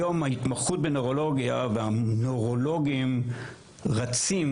היום ההתמחות בנוירולוגיה והנוירולוגים רצים